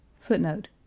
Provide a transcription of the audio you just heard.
Footnote